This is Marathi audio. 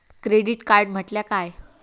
क्रेडिट कार्ड म्हटल्या काय?